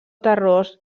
terrós